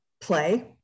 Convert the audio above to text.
play